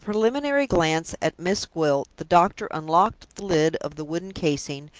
with a preliminary glance at miss gwilt, the doctor unlocked the lid of the wooden casing,